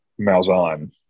Malzahn